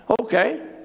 Okay